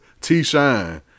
T-Shine